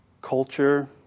Culture